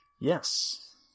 Yes